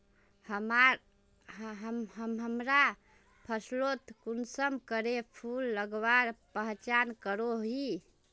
हमरा फसलोत कुंसम करे फूल लगवार पहचान करो ही?